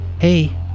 Hey